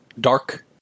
dark